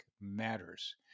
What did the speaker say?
matters